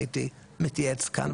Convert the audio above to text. הייתי מתייעץ כאן.